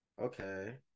okay